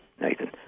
Nathan